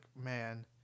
man